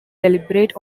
deliberate